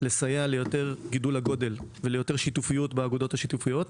לסייע ליותר גידול הגודל ויותר שיתופיות באגודות השיתופיות.